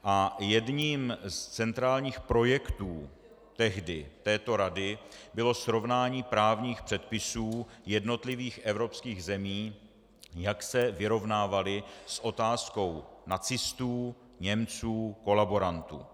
A jedním z centrálních projektů tehdy této rady bylo srovnání právních předpisů jednotlivých evropských zemí, jak se vyrovnávaly s otázkou nacistů, Němců, kolaborantů.